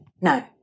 No